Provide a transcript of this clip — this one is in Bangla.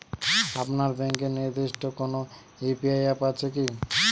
আপনার ব্যাংকের নির্দিষ্ট কোনো ইউ.পি.আই অ্যাপ আছে আছে কি?